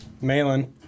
Malin